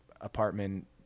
apartment